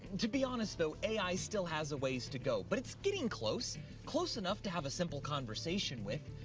to be honest, though, a i. still has a ways to go, but it's getting close close enough to have a simple conversation with.